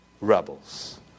rebels